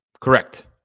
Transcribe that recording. Correct